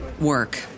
work